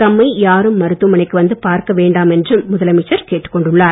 தம்மை யாரும் மருத்துவமனைக்கு வந்து பார்க்க வேண்டாம் என்றும் முதலமைச்சர் கேட்டுக்கொண்டுள்ளார்